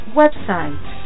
websites